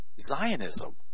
Zionism